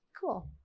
Cool